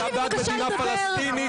אתה בעד מדינה פלסטינית,